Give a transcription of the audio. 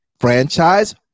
franchise